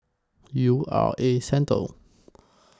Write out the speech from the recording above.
U R A Centre